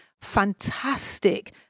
fantastic